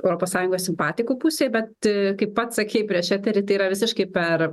europos sąjungos simpatikų pusėj bet kaip pats sakei prieš eterį tai yra visiškai per